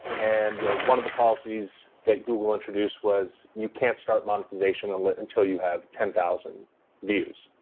and yeah one of the policies that google introduced was you can't start monetization and but until you have ten thousand views,